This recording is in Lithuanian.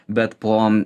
bet po